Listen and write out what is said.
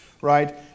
right